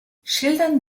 schildern